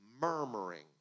murmuring